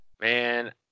man